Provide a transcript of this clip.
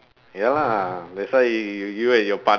ya lah that's why you you you you and your part~